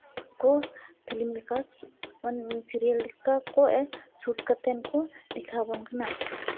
ᱠᱚ ᱯᱷᱤᱞᱤᱢ ᱞᱮᱠᱟ ᱥᱤᱨᱭᱟᱞ ᱞᱮᱠᱟ ᱠᱚ ᱥᱩᱴ ᱠᱟᱛᱮᱫ ᱠᱚ ᱫᱮᱠᱷᱟᱣ ᱵᱚᱱ ᱠᱟᱱᱟ